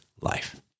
life